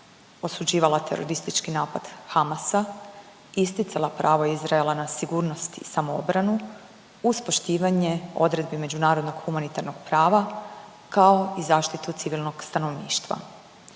osuđivala teroristički napad Hamas, isticala pravo Izraela na sigurnost i samoobranu uz poštivanje odredbi međunarodnog humanitarnog prava kao i zaštitu civilnog stanovništva.